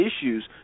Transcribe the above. issues